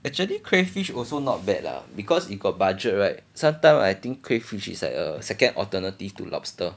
actually crayfish also not bad lah because you got budget right sometime I think crayfish is like a second alternative to lobster